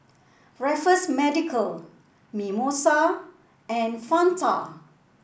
Raffles Medical Mimosa and Fanta